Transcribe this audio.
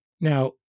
Now